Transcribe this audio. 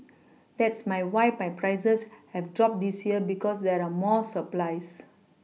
that's my why prices have dropped this year because there are more supplies